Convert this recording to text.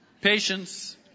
patience